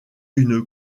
une